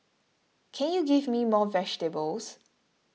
can you give me more vegetables